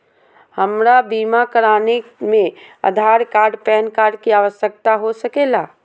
हमरा बीमा कराने में आधार कार्ड पैन कार्ड की आवश्यकता हो सके ला?